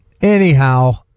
anyhow